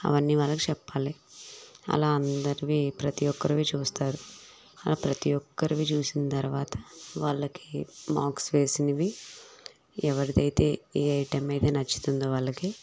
అవన్నీ వాళ్ళకి చెప్పాలి అలా అందరివీ ప్రతీ ఒక్కరివి చూస్తారు అలా ప్రతీ ఒక్కరివి చూసిన తర్వాత వాళ్ళకి మార్క్స్ వేసినవి ఎవరిదయితే ఏ ఐటెమ్ అయితే నచ్చుతుందో వాళ్ళకి